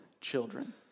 children